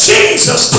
Jesus